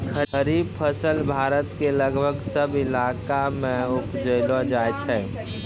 खरीफ फसल भारत के लगभग सब इलाका मॅ उपजैलो जाय छै